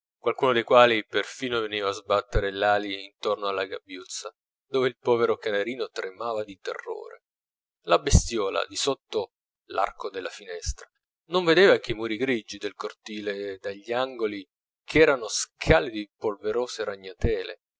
qualcuno de quali perfino veniva a sbatter l'ali intorno alla gabbiuzza dove il povero canarino tremava di terrore la bestiola di sotto l'arco della finestra non vedeva che i muri grigi del cortile dagli angoli ch'erano scale di polverose ragnatele